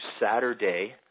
Saturday